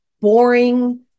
boring